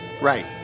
Right